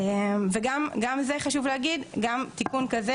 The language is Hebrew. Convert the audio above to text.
גם תיקון כזה,